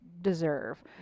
deserve